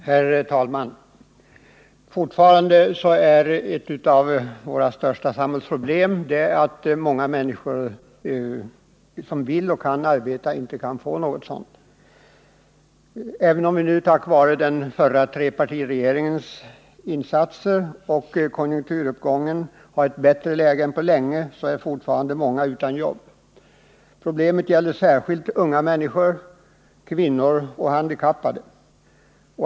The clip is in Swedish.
Herr talman! Ett av våra största samhällsproblem är fortfarande att många människor som vill och kan arbeta inte får något arbete. Även om vi nu tack vare den förra trepartiregeringens insatser och konjunkturuppgången har ett bättre läge än på länge, så är fortfarande många människor utan jobb. Det gäller främst unga människor, kvinnor och handikappade.